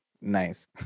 nice